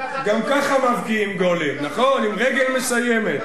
ככה מבקיעים גולים, נכון, עם רגל מסיימת.